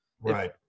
right